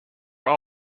were